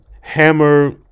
Hammer